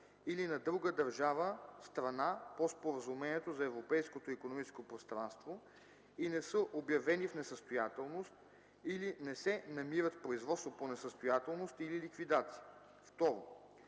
или на друга държава - страна по Споразумението за Европейското икономическо пространство, и не са обявени в несъстоятелност или не се намират в производство по несъстоятелност или ликвидация; 2.